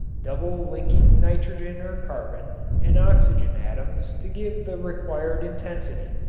double-linking nitrogen or carbon and oxygen atoms to give the required intensity,